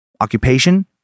Occupation